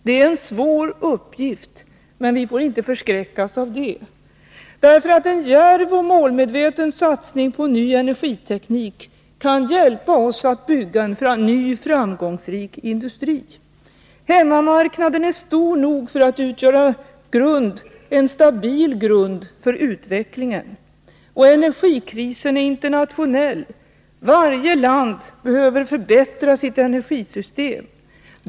Det är en svår uppgift men vi får inte förskräckas av det! En djärv och målmedveten satsning på ny energiteknik kan hjälpa oss att bygga en ny framgångsrik industri. Hemmamarknaden är stor nog för att utgöra en stabil grund för utvecklingen. Och energikrisen är internationell. Varje land behöver förbättra sitt energisystem.